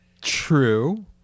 true